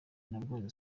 nabwo